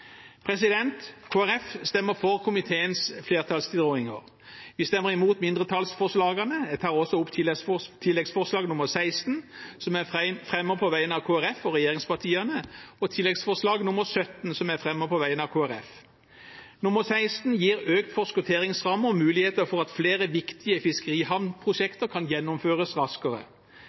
stemmer for komiteens flertallstilrådinger. Vi stemmer imot mindretallsforslagene. Jeg tar også opp tilleggsforslag nr. 16, som jeg fremmer på vegne av Kristelig Folkeparti og regjeringspartiene, og tilleggsforslag nr. 17, som jeg fremmer på vegne av Kristelig Folkeparti. Forslag nr. 16 gir økt forskutteringsramme og muligheter for at flere viktige fiskerihavnprosjekter kan gjennomføres raskere.